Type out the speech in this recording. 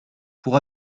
pour